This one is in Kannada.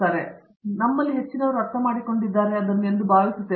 ಆದ್ದರಿಂದ ನಮ್ಮಲ್ಲಿ ಹೆಚ್ಚಿನವರು ಅರ್ಥಮಾಡಿಕೊಂಡಿದ್ದಾರೆ ಎಂದು ನಾನು ಭಾವಿಸುತ್ತೇನೆ